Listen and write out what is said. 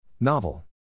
Novel